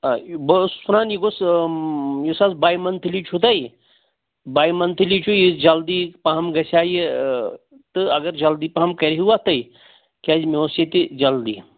آ بہٕ اوسُس وَنان یہِ گوٚژھ یُس حظ بَے مَنتھَلی چھُو تۄہہِ بَے مَنتھَلی چھُو یہِ جَلدی پَہَم گَژھِ ہا یہِ تہٕ اَگر جَلدی پَہَم کٔرۍہِیٖو اَتھ تُہۍ کیٛازِ مےٚ اوس ییٚتہِ جَلدی